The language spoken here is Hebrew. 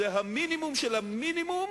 זה המינימום של המינימום